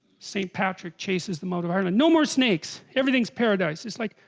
st. patrick chases the mug of ireland no more snakes everything's paradise it's like,